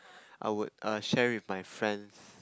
I would err share it with my friends